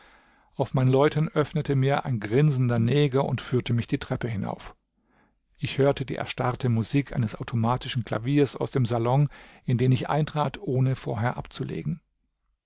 auf mein läuten öffnete mir ein grinsender neger und führte mich die treppe hinauf ich hörte die erstarrte musik eines automatischen klaviers aus dem salon in den ich eintrat ohne vorher abzulegen